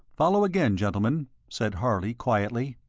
follow again, gentlemen, said harley quietly.